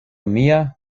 mia